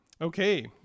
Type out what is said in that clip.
Okay